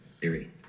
theory